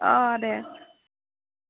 अ दे